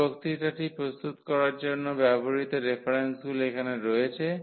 এই বক্তৃতাটি প্রস্তুত করার জন্য ব্যবহৃত রেফারেন্সগুলি এখানে রয়েছে